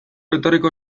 etorriko